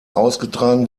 ausgetragen